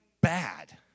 bad